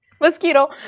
Mosquito